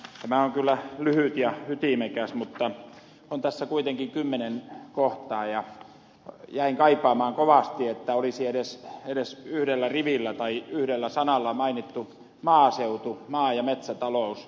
tämä on kyllä lyhyt ja ytimekäs mutta on tässä kuitenkin kymmenen kohtaa ja jäin kaipaamaan kovasti että olisi edes yhdellä rivillä tai yhdellä sanalla mainittu maaseutu maa ja metsätalous